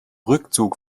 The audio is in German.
rückzug